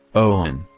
owen,